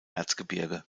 erzgebirge